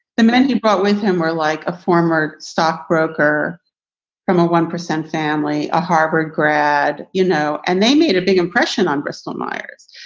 the men he brought with him, or like a former stockbroker from a one percent family, a harvard grad, you know, and they made a big impression on bristol-myers.